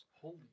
Holy